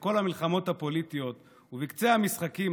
כל המלחמות הפוליטיות ובקצה המשחקים,